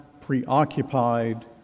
preoccupied